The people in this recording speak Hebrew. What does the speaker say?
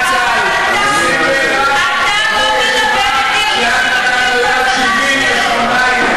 יש כאלה שכבר הקריבו, שטרן.